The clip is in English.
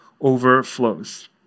overflows